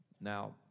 Now